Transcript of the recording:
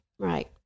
Right